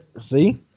see